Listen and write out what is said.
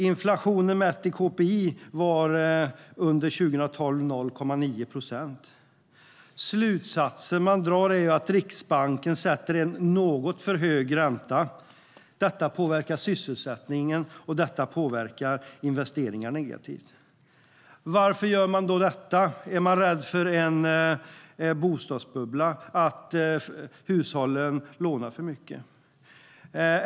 Inflationen mätt i kpi var 0,9 procent under 2012. Slutsatsen man drar är att Riksbanken sätter en något för hög ränta. Detta påverkar sysselsättningen och investeringar negativt. Varför gör man då detta? Är man rädd för en bostadsbubbla och att hushållen lånar för mycket?